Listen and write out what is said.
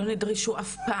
הם לא נדרשו אף פעם.